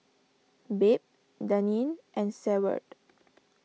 Babe Daneen and Seward